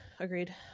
Agreed